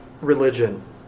religion